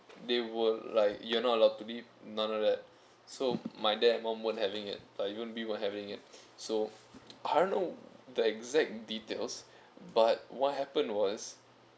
they were like you're not allowed to leave none of that so my dad and mum weren't having it like we won't be weren't having it so I don't know the exact details but what happened was